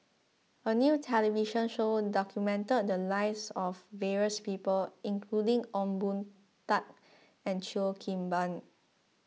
a new television show documented the lives of various people including Ong Boon Tat and Cheo Kim Ban